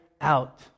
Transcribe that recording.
out